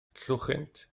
lluwchwynt